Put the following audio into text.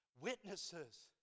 witnesses